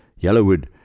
yellowwood